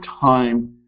time